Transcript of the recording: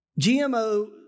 GMO